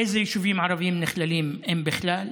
איזה יישובים ערביים נכללים, אם בכלל?